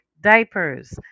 diapers